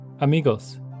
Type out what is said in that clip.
Amigos